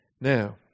now